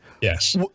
yes